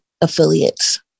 affiliates